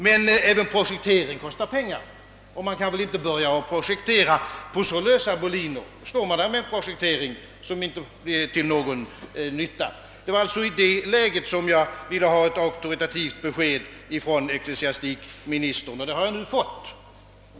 Men även projektering kostar pengar, och man kan väl inte börja projektera på så lösa boliner. Då står man där med en projektering som inte blir till någon nytta. Det var alltså i det läget som jag ville ha ett auktoritativt besked av ecklesiastikministern, och det har jag nu fått.